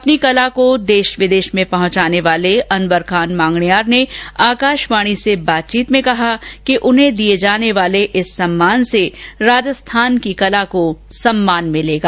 अपनी कला को देश विदेश में पहुंचाने वाले अनवर खान मांगणियार ने आकाषवाणी से बातचीत में कहा कि उन्हें दिये जाने वाले इस सम्मान से राजस्थान की कला को सम्मान मिलेगा